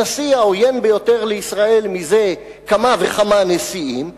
הנשיא העוין ביותר לישראל זה כמה וכמה נשיאים התרגז,